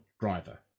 driver